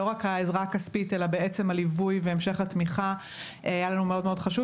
לא רק העזרה הכספית אלא גם הליווי והמשך התמיכה היה לנו חשוב מאוד.